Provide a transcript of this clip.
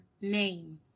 name